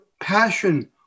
passion